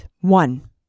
one